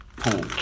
pool